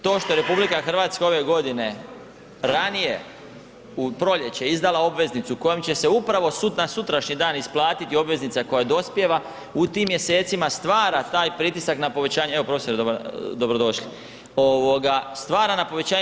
To što je RH ove godine ranije u proljeće izdala obveznicu kojom će se upravo na sutrašnji dan isplatiti obveznica koja dospijeva u tim mjesecima stvara taj pritisak na povećanje, evo profesore dobrodošli, stvara na povećanje.